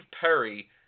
Perry